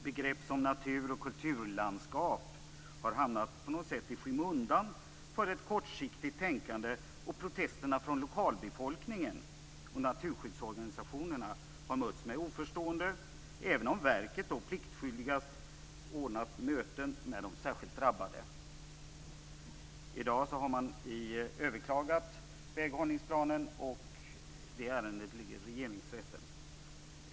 Begrepp som natur och kulturlandskap har på något sätt hamnat i skymundan för ett kortsiktigt tänkande, och protesterna från lokalbefolkningen och naturskyddsorganisationerna har mötts med oförstående, även om verket pliktskyldigast ordnat möten med de särskilt drabbade. I dag har man överklagat väghållningsplanen. Det ärendet ligger i Regeringsrätten.